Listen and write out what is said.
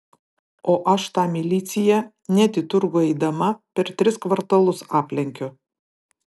o aš tą miliciją net į turgų eidama per tris kvartalus aplenkiu